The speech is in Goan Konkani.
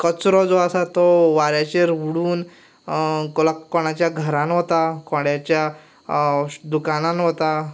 कचरो जो आसा तो वाऱ्याचेर उडून कोणाच्या घरांत वता कोणाच्या दुकानान वता